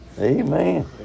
Amen